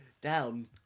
Down